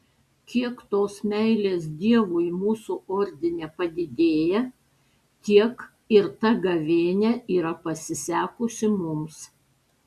kiek tos meilės dievui mūsų ordine padidėja tiek ir ta gavėnia yra pasisekusi mums